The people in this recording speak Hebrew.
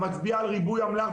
המצביע על ריבוי אמל"ח,